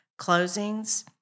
closings